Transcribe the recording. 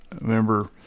remember